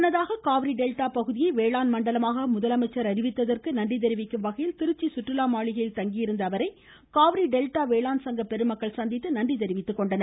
முன்னதாக காவிரி டெல்டா பகுதியை வேளாண் மண்டலமாக முதலமைச்சர் அறிவித்ததற்கு நன்றி தெரிவிக்கும் வகையில் திருச்சி சுற்றுலா மாளிகையில் தங்கியிருந்த முதலமைச்சரை காவிரி டெல்டா வேளாண் சங்க பெருமக்கள் சந்தித்து நன்றி தெரிவித்து கொண்டனர்